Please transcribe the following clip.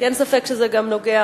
כי אין ספק שזה גם נוגע